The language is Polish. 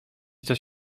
coś